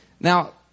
Now